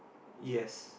yes